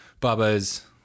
Bubba's